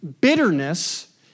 Bitterness